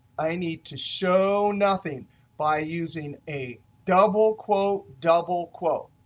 i need to show nothing by using a double quote, double quote.